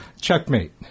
Checkmate